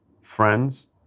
friends